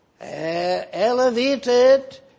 elevated